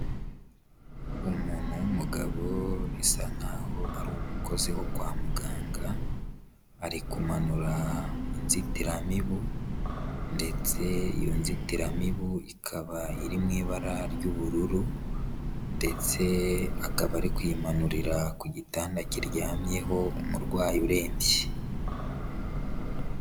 Umuntu w'umugabo bisa nkaho ari umukozi wo kwa muganga, ari kumanura inzitiramibu ndetse iyo nzitiramibu ikaba iri mu ibara ry'ubururu ndetse akaba ari kuyimanurira ku gitanda kiryamyeho umurwayi urembye.